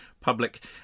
public